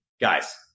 guys